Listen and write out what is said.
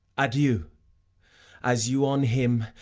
adieu as you on him,